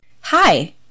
Hi